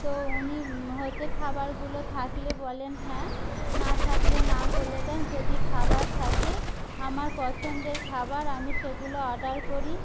তো উনি হচ্ছে খাবারগুলো থাকলে বলেন হ্যাঁ না থাকলে না বলে দেন যদি খাবার থাকে আমার পছন্দের খাবার আমি সেগুলো অর্ডার করি